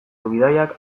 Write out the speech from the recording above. bidaiak